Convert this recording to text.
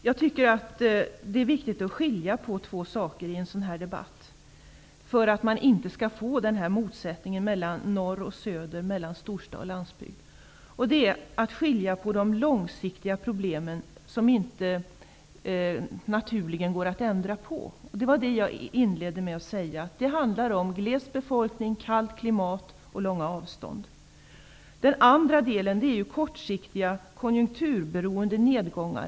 Herr talman! Det är viktigt att skilja på två saker i debatten för att man inte skall få denna motsättning mellan norr och söder samt mellan storstad och landsbygd. Man måste inse att det finns långsiktiga problem som beror på faktorer vilka inte naturligen går att ändra på. Jag inledde med att säga att det handlar om gles befolkning, kallt klimat och långa avstånd. Den andra delen är kortsiktiga konjunkturberoende nedgångar.